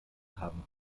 haben